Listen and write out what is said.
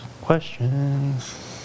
Questions